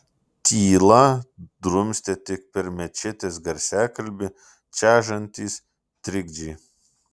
tylą drumstė tik per mečetės garsiakalbį čežantys trikdžiai